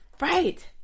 Right